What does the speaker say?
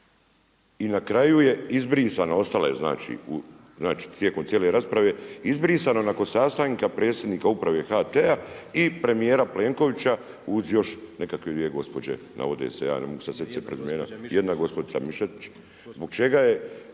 i na kraju je izbrisano, ostala je znači tijekom cijele rasprave, izbrisano nakon sastanka predsjednika Uprave HT-a i premijera Plenkovića uz još nekakve dvije gospođe na ovdje, ja ne mogu se sad sjetit prezimena. Jedna je gospođica Mišetić. Gospođa,